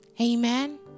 Amen